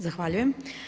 Zahvaljujem.